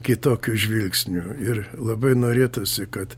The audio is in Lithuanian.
kitokiu žvilgsniu ir labai norėtųsi kad